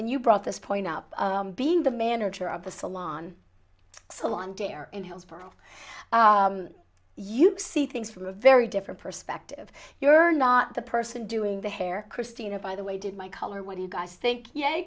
you brought this point up being the manager of the salon salon tear in heels for you see things from a very different perspective you were not the person doing the hair christina by the way did my color what do you guys think y